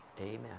Amen